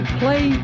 play